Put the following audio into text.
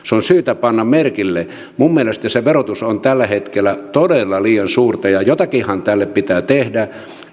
se on syytä panna merkille minun mielestäni se verotus on tällä hetkellä todella liian suurta jotakinhan tälle pitää tehdä